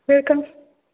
welcome